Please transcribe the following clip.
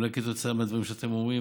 אולי בעקבות הדברים שאתם אומרים,